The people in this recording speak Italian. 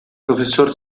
professor